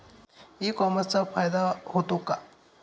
E कॉमर्सचा फायदा होतो का?